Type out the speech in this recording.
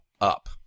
Up